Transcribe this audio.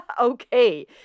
Okay